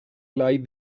lie